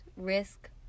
risk